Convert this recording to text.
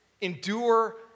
Endure